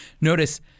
Notice